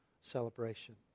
celebration